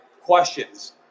questions